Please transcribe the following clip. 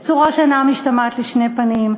בצורה שאינה משתמעת לשני פנים,